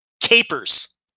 Capers